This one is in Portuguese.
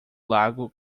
lago